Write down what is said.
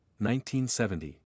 1970